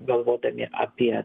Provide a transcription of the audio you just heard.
galvodami apie